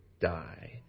die